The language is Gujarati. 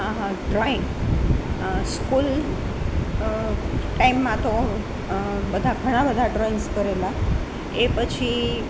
હા હા ડ્રોઈંગ સ્કૂલ ટાઈમમાં તો બધા ઘણાં બધા ડ્રોઇંગસ કરેલાં એ પછી